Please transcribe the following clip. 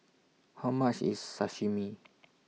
How much IS Sashimi